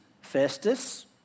Festus